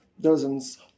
dozens